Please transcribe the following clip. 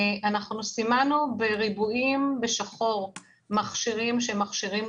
סימנו בריבועים בשחור מכשירים שהם מכשירים